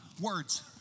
words